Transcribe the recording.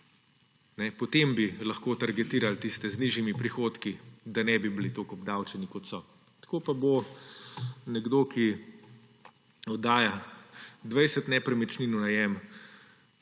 Potem bi lahko targetirali tiste z nižjimi prihodki, da ne bi bili toliko obdavčeni, kot so. Tako pa bo nekdo, ki oddaja 20 nepremičnin v najem,